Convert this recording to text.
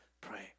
pray